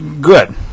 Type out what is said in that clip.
Good